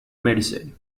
medicine